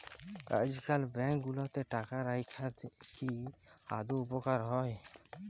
আইজকাল ব্যাংক গুলাতে টাকা রাইখা কি আদৌ উপকারী হ্যয়